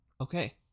okay